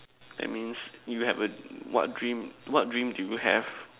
that means you have a what dream what dream do you have